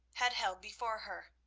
had held before her.